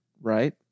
right